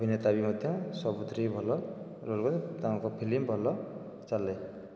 ଅଭିନେତା ବି ମଧ୍ୟ ସବୁଥିରେ ଭଲ ତାଙ୍କ ଫିଲ୍ମ ଭଲ ଚାଲେ